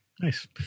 Nice